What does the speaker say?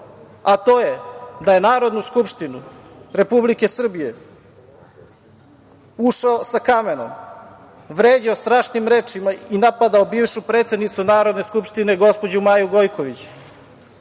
a to je da je u Narodnu skupštinu Republike Srbije ušao sa kamenom, vređao strašnim rečima i napadao bivšu predsednicu Narodne skupštine gospođu Maju Gojković,